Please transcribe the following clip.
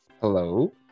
Hello